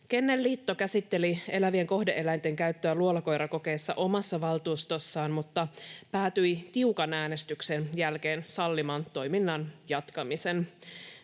Kennelliitto käsitteli elävien kohde-eläinten käyttöä luolakoirakokeissa omassa valtuustossaan mutta päätyi tiukan äänestyksen jälkeen sallimaan toiminnan jatkamisen.